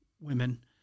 women